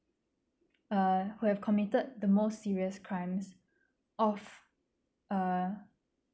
err who have committed the most serious crimes of err